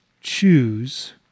choose